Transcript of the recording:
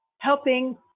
helping